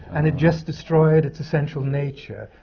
and it just destroyed its essential nature.